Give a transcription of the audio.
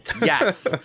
Yes